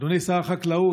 אדוני שר החקלאות,